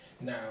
now